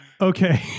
okay